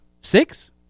Six